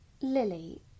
Lily